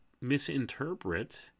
misinterpret